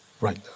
right